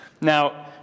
Now